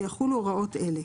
ויחולו הוראות אלה: